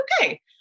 okay